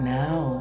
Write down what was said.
now